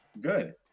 good